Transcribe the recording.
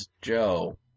Joe